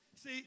See